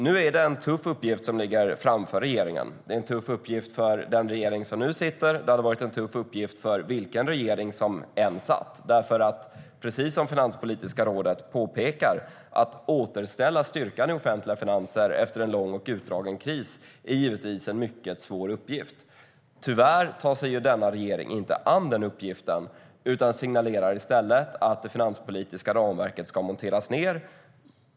Nu är det en tuff uppgift som ligger framför sittande regering, och det hade varit en tuff uppgift för vilken regering som än satt. Att återställa styrkan i de offentliga finanserna efter en lång och utdragen kris är givetvis en mycket svår uppgift, som Finanspolitiska rådet påpekar. Tyvärr tar sig denna regering inte an den uppgiften, utan signalerar i stället att det finanspolitiska ramverket ska monteras ned.